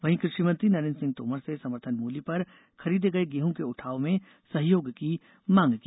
वहीं कृषि मंत्री नरेन्द्र सिंह तोमर से समर्थन मूल्य पर खरीदे गये गेहूं के उठाव में सहयोग की मांग की